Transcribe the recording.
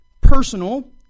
personal